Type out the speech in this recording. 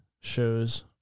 shows